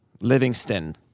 Livingston